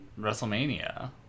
WrestleMania